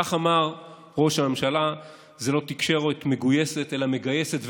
כך אמר ראש הממשלה: זו לא תקשורת מגויסת אלא מגייסת,